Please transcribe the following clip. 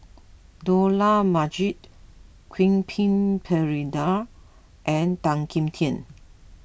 Dollah Majid Quentin Pereira and Tan Kim Tian